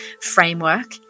framework